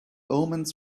omens